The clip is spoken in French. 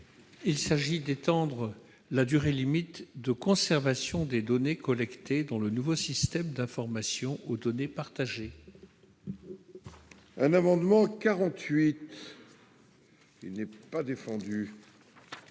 vise à étendre la durée limite de conservation des données collectées dans le nouveau système d'information aux données partagées. L'amendement n° 48 n'est pas soutenu.